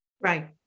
right